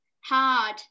hard